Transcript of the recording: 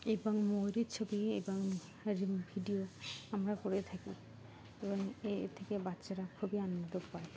এবং ময়ূরের ছবি এবং ভিডিও আমরা করে থাকি এবং এ এর থেকে বাচ্চারা খুবই আনন্দ পায়